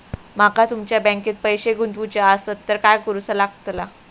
माका तुमच्या बँकेत पैसे गुंतवूचे आसत तर काय कारुचा लगतला?